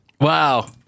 Wow